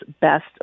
best